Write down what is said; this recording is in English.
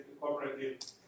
cooperative